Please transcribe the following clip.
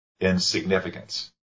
insignificance